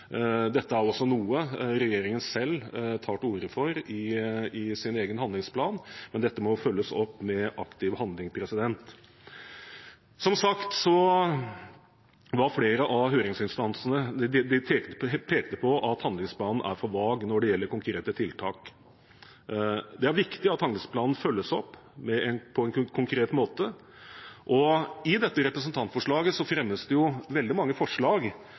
Dette er også noe regjeringen selv tar til orde for i sin egen handlingsplan, men det må følges opp med aktiv handling. Som sagt pekte flere av høringsinstansene på at handlingsplanen er for vag når det gjelder konkrete tiltak. Det er viktig at handlingsplanen følges opp på en konkret måte. I dette representantforslaget fremmes det veldig mange forslag